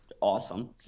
awesome